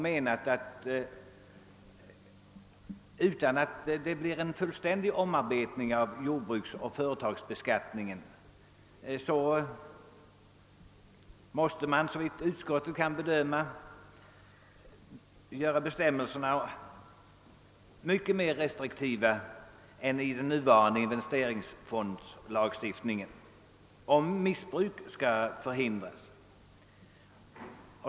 Utskottet anser att utan en fullständig omarbetning av jordbruksoch företagsbeskattningen måste bestämmelserna göras mycket mer restriktiva än i nuvarande investeringsfondslagstiftning om missbruk skall förhindras.